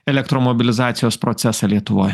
elektromobilizacijos procesą lietuvoj